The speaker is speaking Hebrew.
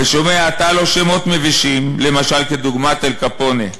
// ושומע אתה לא שמות מבישים / למשל כדוגמת אל קפונה.